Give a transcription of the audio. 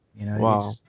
Wow